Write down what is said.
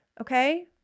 Okay